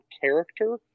character